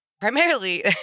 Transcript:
primarily